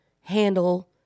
handle